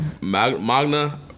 magna